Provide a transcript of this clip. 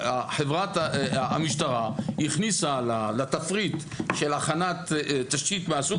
המשטרה הכניסה לתפריט של הכנת תשתית מהסוג